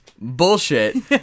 Bullshit